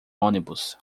ônibus